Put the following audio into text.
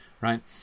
right